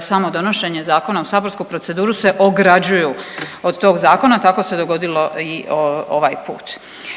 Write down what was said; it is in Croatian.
samo donošenje zakona u saborsku proceduru se ograđuju od tog zakona. Tako se dogodili i ovaj put.